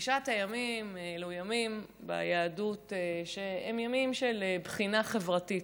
תשעת הימים ביהדות הם ימים של בחינה חברתית,